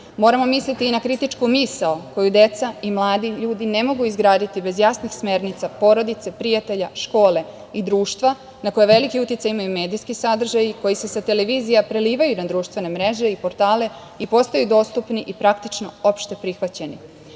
misliti i na kritičku misao koju deca i mladi ljudi ne mogu izgraditi bez jasnih smernica porodice, prijatelja, škole i društva na koje veliki uticaj imaju medijski sadržaji koji su sa televizija prelivaju na društvene mreže i portale i postaju dostupni i praktično opšte prihvaćeni. Moramo